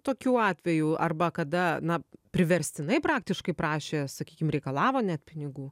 tokių atvejų arba kada na priverstinai praktiškai prašė sakykim reikalavo net pinigų